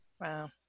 Wow